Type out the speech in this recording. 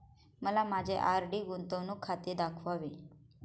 मला माझे आर.डी गुंतवणूक खाते दाखवावे